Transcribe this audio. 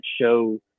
show